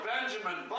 Benjamin